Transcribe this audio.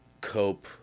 cope